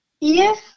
Yes